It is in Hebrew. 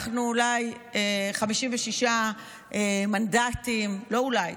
אנחנו אולי 56 מנדטים לא אולי,